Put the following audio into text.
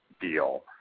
deal